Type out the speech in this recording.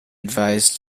advised